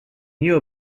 knew